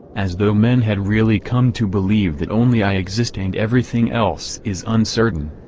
as though men had really come to believe that only i exist and everything else is uncertain.